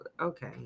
okay